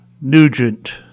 Nugent